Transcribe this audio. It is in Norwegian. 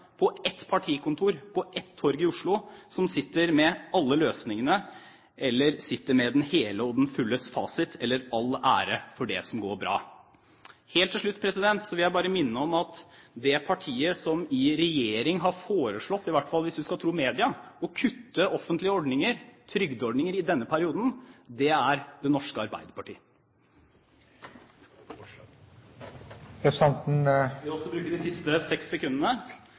på ett partikontor på ett torg i Oslo som sitter med alle løsningene, sitter med den hele og fulle fasit og får all ære for det som går bra. Helt til slutt vil jeg bare minne om at det partiet som i regjering har foreslått – i hvert fall hvis vi skal tro media – å kutte i offentlige ordninger, trygdeordninger, i denne perioden, er Det norske Arbeiderparti. Jeg vil bruke de siste 6 sekundene